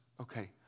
okay